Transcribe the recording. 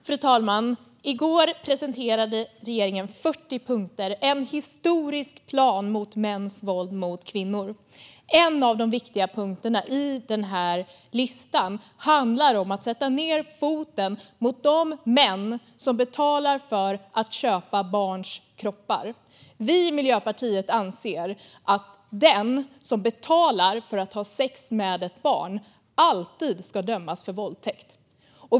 Fru talman! I går presenterade regeringen 40 punkter - en historisk plan mot mäns våld mot kvinnor. En av de viktiga punkterna i denna lista handlar om att sätta ned foten mot de män som betalar för att köpa barns kroppar. Vi i Miljöpartiet anser att den som betalar för att ha sex med ett barn alltid ska dömas för våldtäkt.